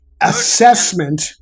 assessment